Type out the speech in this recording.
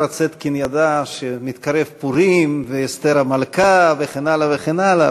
צטקין ידעה שמתקרב פורים ואסתר המלכה וכן הלאה וכן הלאה,